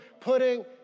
putting